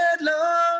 love